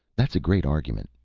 that's a great argument.